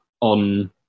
on